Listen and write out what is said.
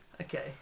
okay